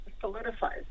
solidifies